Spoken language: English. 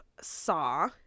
Saw